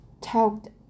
talked